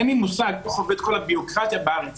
אין לי מושג איך עובדת כל הביורוקרטיה בארץ